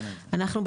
אנחנו,